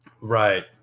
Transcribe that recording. right